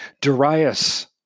Darius